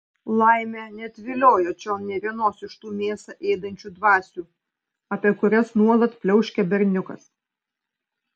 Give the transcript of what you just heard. laimė neatviliojo čion nė vienos iš tų mėsą ėdančių dvasių apie kurias nuolat pliauškia berniukas